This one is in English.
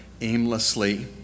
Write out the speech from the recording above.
aimlessly